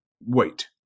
wait